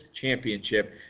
Championship